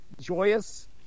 joyous